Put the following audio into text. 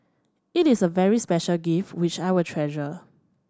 it is a very special gift which I will treasure